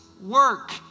work